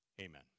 amen